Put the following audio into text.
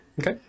Okay